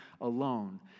alone